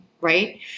right